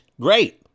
great